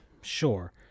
sure